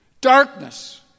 Darkness